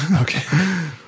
Okay